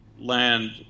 land